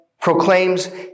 proclaims